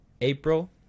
April